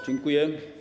Dziękuję.